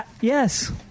Yes